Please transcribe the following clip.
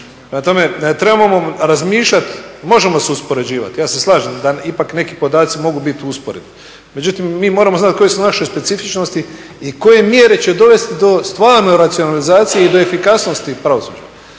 tome, trebamo razmišljati, možemo se uspoređivati ja se slažem da ipak neki podaci mogu biti u usporedbi, međutim mi moramo znati koje su naše specifičnosti i koje mjere će dovesti do stvarno racionalizacije i do efikasnosti pravosuđa.